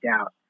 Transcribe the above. doubt